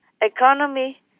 economy